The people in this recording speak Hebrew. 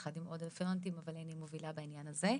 יחד עם עוד רפרנטית אבל אני מובילה בעניין הזה.